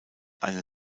eine